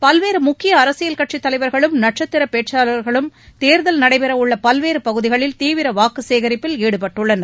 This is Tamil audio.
பல்வேறு முக்கிய அரசியல் கட்சி தலைவர்களும் நட்சத்திர பேச்சாளர்களும் தேர்தல் நடைபெறவுள்ள பல்வேறு பகுதிகளில் தீவிர வாக்கு சேகரிப்பில் ஈடுபட்டுள்ளனர்